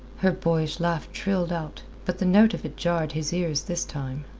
her boyish laugh trilled out, but the note of it jarred his ears this time.